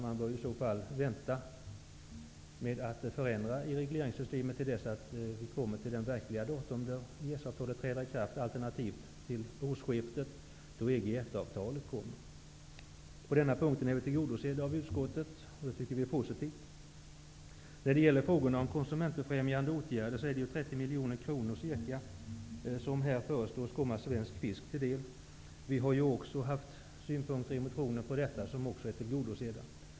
Man bör i stället vänta med att förändra regleringssystemet tills vi kommer fram till det datum när EES-avtalet verkligen träder i kraft, alternativt till årsskiftet, då Våra önskemål har på denna punkt tillgodosetts av utskottet, vilket vi tycker är positivt. När det gäller konsumentfrämjande åtgärder föreslås att ca 30 miljoner kronor skall komma Svensk Fisk till del. Våra synpunkter på detta i motionen har blivit tillgodosedda.